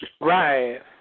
Right